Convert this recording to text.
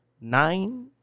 nine